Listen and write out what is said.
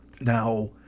Now